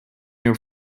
near